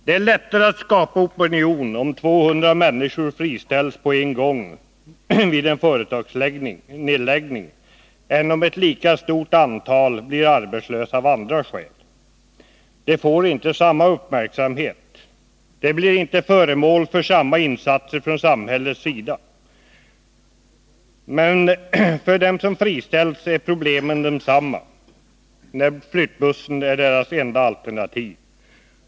Det är lättare att skapa opinion om 200 människor friställs på en gång vid en företagsnedläggning än om ett lika stort antal blir arbetslösa av andra skäl. De får inte samma uppmärksamhet. De blir inte föremål för samma insatser från samhällets sida. Men för dem som friställs är problemen desamma, när flyttbussen är deras enda alternativ.